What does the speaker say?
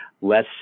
less